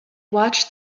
watched